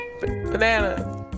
banana